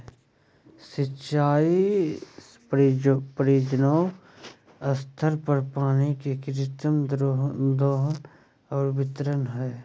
सिंचाई परियोजना स्तर पर पानी के कृत्रिम दोहन और वितरण हइ